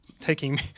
taking